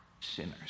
sinners